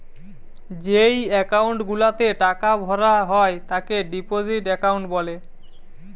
যেই একাউন্ট গুলাতে টাকা ভরা হয় তাকে ডিপোজিট একাউন্ট বলে